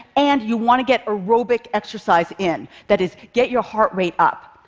and you want to get aerobic exercise in. that is, get your heart rate up.